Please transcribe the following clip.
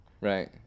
Right